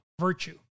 virtue